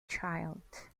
child